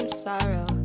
sorrow